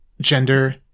gender